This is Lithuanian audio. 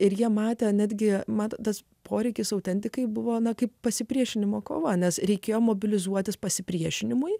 ir jie matė netgi mat tas poreikis autentikai buvo kaip pasipriešinimo kova nes reikėjo mobilizuotis pasipriešinimui